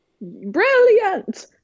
Brilliant